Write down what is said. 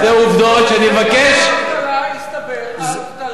אלה עובדות שאני מבקש, לגבי האבטלה,